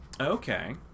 Okay